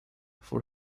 for